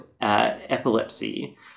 epilepsy